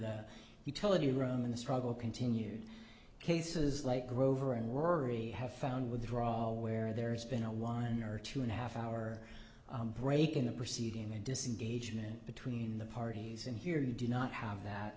the utility room in the struggle continued cases like grover and worry have found withdrawal where there's been a whine or two and a half hour break in the proceeding the disengagement between the parties in here you do not have that